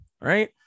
right